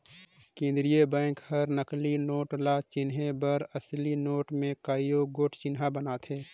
केंद्रीय बेंक हर नकली नोट ल चिनहे बर असली नोट में कइयो गोट चिन्हा बनाथे